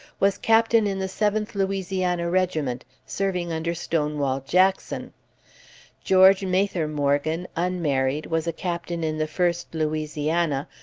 was captain in the seventh louisiana regiment, serving under stonewall jackson george mather morgan, unmarried, was a captain in the first louisiana,